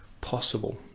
possible